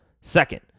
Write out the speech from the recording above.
Second